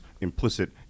implicit